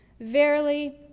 Verily